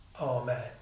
Amen